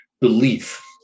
belief